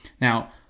Now